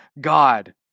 God